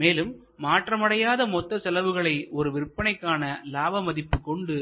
மேலும் மாற்றம் அடையாத மொத்த செலவுகளை ஒரு விற்பனைக்கான லாப மதிப்பு கொண்டு